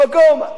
אמת או לא אמת?